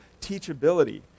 teachability